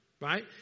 right